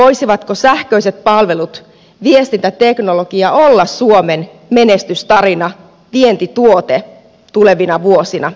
voisivatko sähköiset palvelut viestintäteknologia olla suomen menestystarina vientituote tulevina vuosina